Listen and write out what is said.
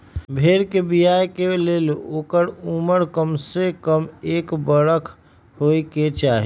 भेड़ कें बियाय के लेल ओकर उमर कमसे कम एक बरख होयके चाही